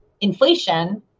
inflation